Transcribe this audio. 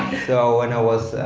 so, when i was,